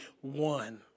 one